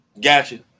Gotcha